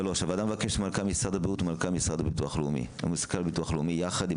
הוועדה מבקשת ממנכ"ל משרד הבריאות וממנכ"ל הביטוח הלאומי יחד עם